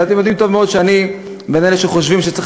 ואתם יודעים טוב מאוד שאני מאלה שחושבים שצריך